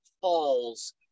Falls